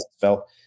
felt